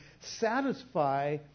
satisfy